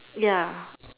ya